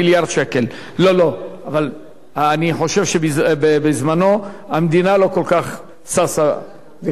אבל אני חושב שבזמנה המדינה לא כל כך ששה להיכנס ל"מצ'ינג".